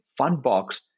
Fundbox